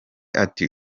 ati